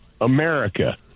America